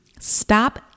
Stop